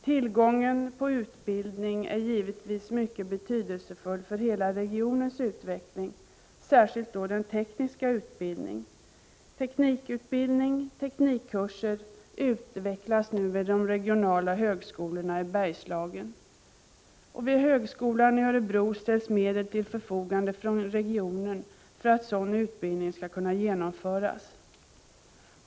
Tillgången på utbildning, särskilt då teknisk utbildning, är givetvis mycket betydelsefull för hela regionens utveckling. Teknikutbildning och teknikkurser utvecklas nu vid de regionala högskolorna i Bergslagen. Till högskolan i Örebro ställs medel till förfogande från regionen för att sådan utbildning skall kunna genomföras.